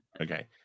okay